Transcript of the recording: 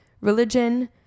religion